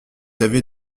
avez